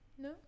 no